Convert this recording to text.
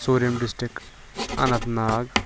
ژوٗرِم ڈِسٹرک اَنَنت ناگ